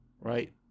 right